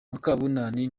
mukabunani